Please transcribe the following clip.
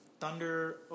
Thunder